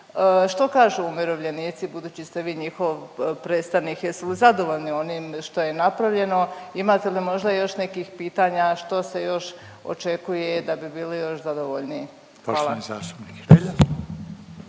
Što kažu umirovljenici, budući ste vi njihov predstavnik, jesu li zadovoljni oni što je napravljeno, imate li možda još nekih pitanja što se još očekuje da bi bili još zadovoljniji? Hvala.